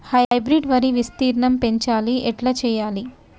Hybrid వరి విస్తీర్ణం పెంచాలి ఎట్ల చెయ్యాలి?